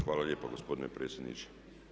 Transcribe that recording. Hvala lijepo gospodine predsjedniče.